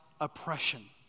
oppression